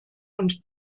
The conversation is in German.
und